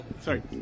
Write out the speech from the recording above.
Sorry